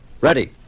Ready